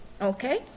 okay